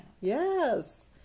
Yes